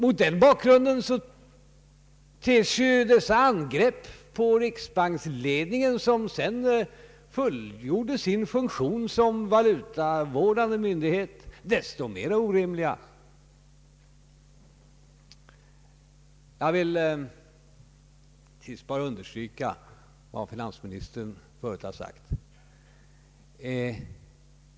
Mot denna bakgrund ter sig dessa angrepp På riksbanksledningen, som sedan fullföljde sin funktion som valutavårdande myndighet, desto mera orimliga. Jag vill till sist bara understryka vad finansministern förut har sagt.